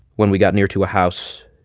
when we got near to a house,